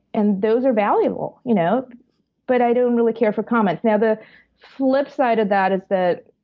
and those are valuable, you know but i don't really care for comments. now the flipside of that is that,